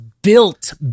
Built